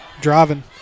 driving